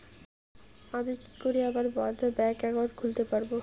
আমি কি করে আমার বন্ধ ব্যাংক একাউন্ট খুলতে পারবো?